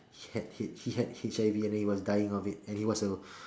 he had he had H_I_V and then he was dying of it and he was a